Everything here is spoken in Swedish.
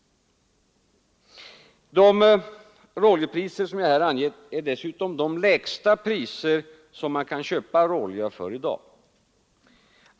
De råoljepriser som jag här angett är dessutom de lägsta priser som man kan köpa råolja för i dag.